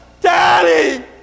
Daddy